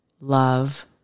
love